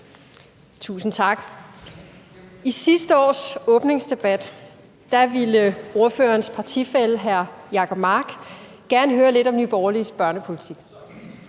Tusind tak. I sidste års åbningsdebat ville ordførerens partifælle hr. Jacob Mark gerne høre lidt om Nye Borgerliges børnepolitik.